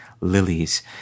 Lilies